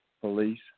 police